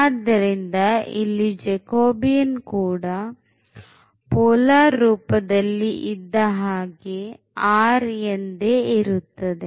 ಆದ್ದರಿಂದ ಇಲ್ಲಿ jacobian ಕೂಡ ಪೋಲಾರ್ ರೂಪ ದಲ್ಲಿ ಇದ್ದ ಹಾಗೆ r ಎಂದೇ ಇರುತ್ತದೆ